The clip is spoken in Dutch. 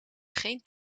geen